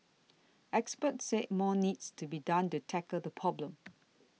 experts said more needs to be done to tackle the problem